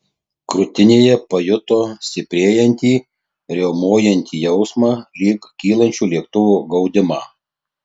krūtinėje pajuto stiprėjantį riaumojantį jausmą lyg kylančio lėktuvo gaudimą